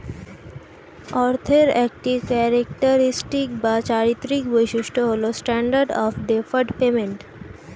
অর্থের একটি ক্যারেক্টারিস্টিক বা চারিত্রিক বৈশিষ্ট্য হল স্ট্যান্ডার্ড অফ ডেফার্ড পেমেন্ট